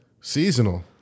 Seasonal